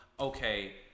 Okay